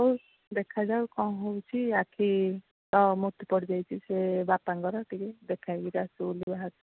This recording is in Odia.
ହଉ ଦେଖା ଯାଉ କ'ଣ ହେଉଛି ଆଖିର ମୋତି ପଡ଼ି ଯାଇଛି ସେ ବାପାଙ୍କର ଟିକେ ଦେଖା ହେଇକିରି ଆସିବୁ ବୋଲି ବାହାରିଛୁ